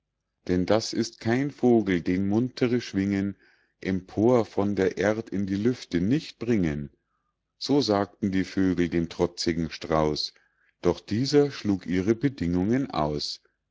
denn das ist kein vogel den muntere schwingen empor von der erd in die lüfte nicht bringen so sagten die vögel dem trotzigen strauß doch dieser schlug ihre bedingungen aus